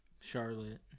charlotte